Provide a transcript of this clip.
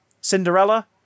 Cinderella